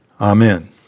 Amen